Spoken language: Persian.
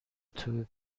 توو